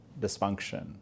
dysfunction